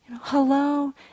Hello